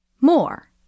More